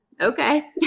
okay